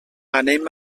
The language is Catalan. anem